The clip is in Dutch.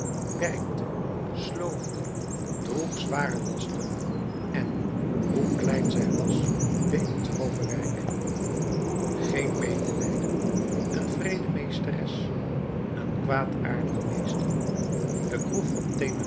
werkte sloofde droeg zware lasten en hoe klein zij was deed het grove werk geen medelijden een wreede meesteres een kwaadaardig meester de kroeg van